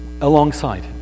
alongside